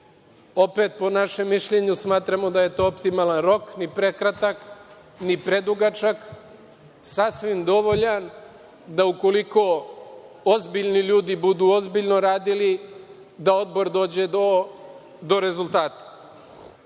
Opet, po našem mišljenju smatramo da je to optimalan rok, ni prekratak, ni predugačak, sasvim dovoljan da ukoliko, ozbiljni ljudi budu ozbiljno radili, da odbor dođe do rezultata. Naš